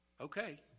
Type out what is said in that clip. Okay